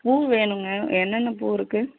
பூ வேணுங்க என்னென்ன பூ இருக்குது